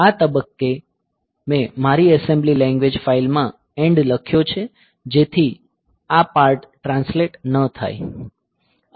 આ તબક્કે મેં મારી એસેમ્બલી લેંગ્વેજ ફાઇલમાં એન્ડ લખ્યો છે જેથી આ પાર્ટ ટ્રાન્સલેટે ન થાય